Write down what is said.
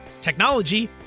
technology